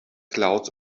clouds